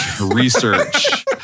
research